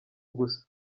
gusa